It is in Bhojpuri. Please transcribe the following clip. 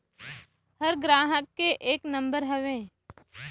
हर ग्राहक के एक नम्बर हउवे